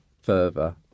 further